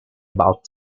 about